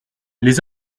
les